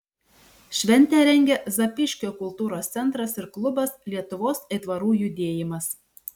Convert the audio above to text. šventę rengia zapyškio kultūros centras ir klubas lietuvos aitvarų judėjimas